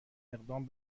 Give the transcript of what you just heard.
اقدام